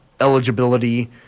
eligibility